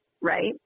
Right